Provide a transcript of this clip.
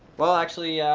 well, actually,